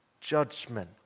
judgment